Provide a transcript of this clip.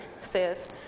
says